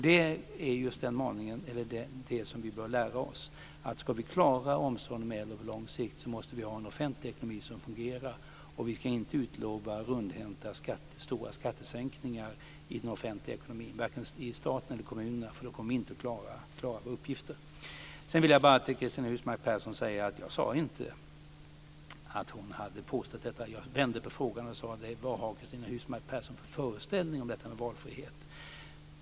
Det är just det som vi bör lära oss. Ska vi på lång sikt klara omsorgen om de äldre måste vi ha en offentlig ekonomi som fungerar. Vi kan inte rundhänt utlova stora skattesänkningar i den offentliga ekonomin vare sig från staten eller i kommunerna. Då kommer vi inte att klara våra uppgifter. Sedan vill jag till Cristina Husmark Pehrsson säga att jag inte sade att hon hade påstått detta. Jag vände på frågan och frågade: Vad har Cristina Husmark Pehrsson för föreställning om detta med valfrihet?